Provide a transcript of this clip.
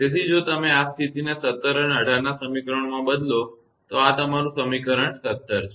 તેથી જો તમે આ સ્થિતિને 17 અને 18 ના સમીકરણમાં બદલો તો આ તમારું સમીકરણ 17 છે